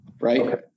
right